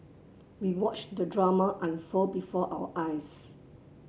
we watched the drama unfold before our eyes